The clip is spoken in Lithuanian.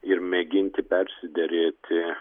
ir mėginti persiderėti